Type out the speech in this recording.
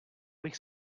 bych